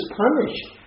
punished